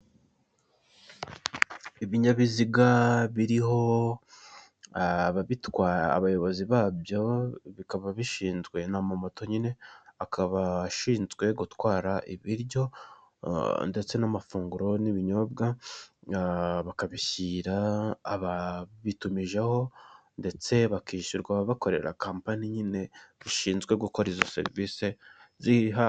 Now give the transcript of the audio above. Ibinyabiziga biriho ababitwara, abayobozi babyo bikaba bishinzwe ni amamoto nyine, akaba ashinzwe gutwara ibiryo ndetse n'amafunguro n'ibinyobwa bakabishyira ababitumijeho ndetse bakishyurwa bakorera kompanyi nyine zishinzwe gukora izo serivisi.